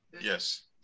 yes